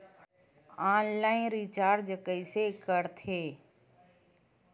Online recharge कइसे करथे?